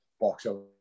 boxer